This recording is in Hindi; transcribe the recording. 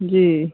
जी